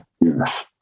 Yes